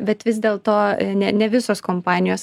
bet vis dėlto ne ne visos kompanijos